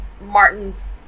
Martin's